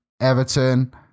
Everton